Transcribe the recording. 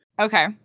Okay